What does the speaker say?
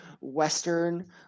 Western